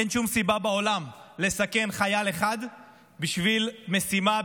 אין שום סיבה בעולם לסכן חייל אחד בשביל משימה,